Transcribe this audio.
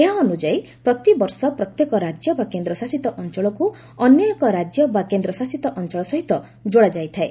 ଏହା ଅନୁଯାୟୀ ପ୍ରତିବର୍ଷ ପ୍ରତ୍ୟେକ ରାଜ୍ୟ ବା କେନ୍ଦ୍ରଶାସିତ ଅଞ୍ଚଳକୁ ଅନ୍ୟ ଏକ ରାଜ୍ୟ ବା କେନ୍ଦ୍ରଶାସିତ ଅଞ୍ଚଳ ସହିତ ଯୋଡ଼ାଯାଇଥାଏ